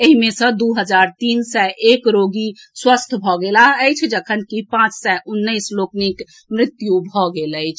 एहि मे सँ दू हजार तीन सय एक रोगी स्वस्थ भऽ गेलाह अछि जखनकि पांच सय उन्नैस लोकनिक मृत्यु भऽ गेल अछि